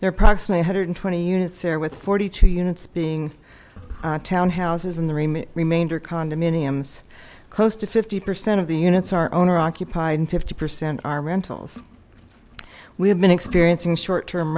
a hundred and twenty units there with forty two units being townhouses and the remainder condominiums close to fifty percent of the units are owner occupied and fifty percent are rentals we have been experiencing short term